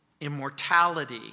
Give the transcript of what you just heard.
immortality